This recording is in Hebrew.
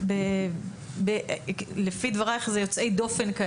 ביוצאי הדופן?